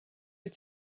wyt